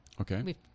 Okay